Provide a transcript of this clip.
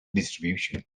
distribution